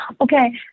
okay